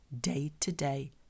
day-to-day